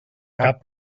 cap